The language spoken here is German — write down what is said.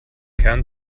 kern